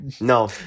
No